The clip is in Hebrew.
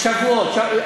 שבועות.